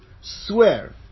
swear